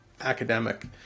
academic